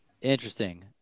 interesting